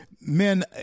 men